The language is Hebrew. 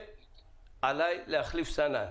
שעליי להחליף סנן.